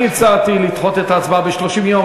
אני הצעתי לדחות את ההצבעה ב-30 יום,